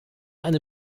eine